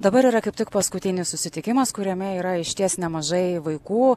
dabar yra kaip tik paskutinis susitikimas kuriame yra išties nemažai vaikų